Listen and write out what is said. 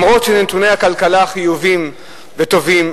גם אם נתוני הכלכלה חיוביים וטובים,